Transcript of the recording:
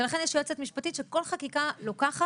לכן יש יועצת משפטית שכל חקיקה לוקחת,